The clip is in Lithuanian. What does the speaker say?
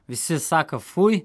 visi sako fui